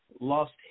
lost